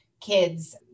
kids